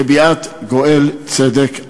לביאת המשיח גואל צדק.